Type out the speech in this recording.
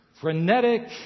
frenetic